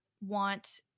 want